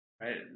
right